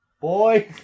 boy